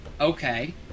Okay